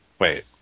Wait